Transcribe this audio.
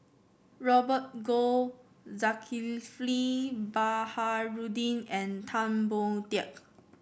Robert Goh Zulkifli Baharudin and Tan Boon Teik